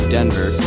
Denver